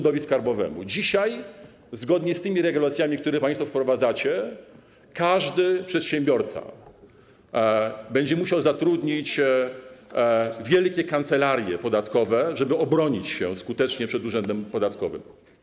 Dzisiaj, zgodnie z tymi regulacjami, które państwo wprowadzacie, każdy przedsiębiorca będzie musiał zatrudnić wielkie kancelarie podatkowe, żeby obronić się skutecznie przed urzędem podatkowym.